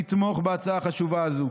לתמוך בהצעה החשובה הזו,